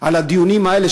על הדיונים האלה,